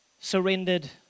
surrendered